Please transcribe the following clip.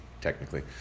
technically